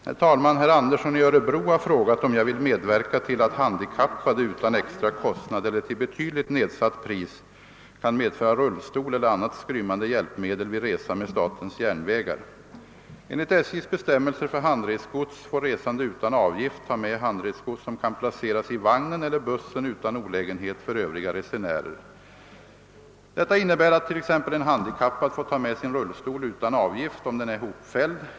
Herr talman! Herr Andersson i Örebro har frågat om jag vill medverka till att handikappade utan extra kostnad eller till betydligt nedsatt pris kan medföra rullstol eller annat skrymmande hjälpmedel vid resa med statens järnvägar. resgods får resande utan avgift ta med handresgods som kan placeras i vagnen eller bussen utan olägenhet för övriga resenärer. Detta innebär att t.ex. en handikappad får ta med sin rullstol utan avgift, om den är hopfälld.